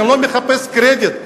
אני לא מחפש קרדיט.